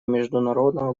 международного